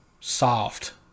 Soft